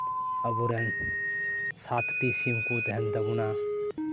ᱟᱵᱚᱨᱮᱱ ᱥᱟᱛᱴᱤ ᱥᱤᱢ ᱠᱚ ᱛᱟᱦᱮᱱ ᱛᱟᱵᱚᱱᱟ